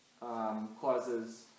causes